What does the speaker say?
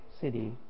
city